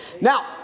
Now